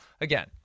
again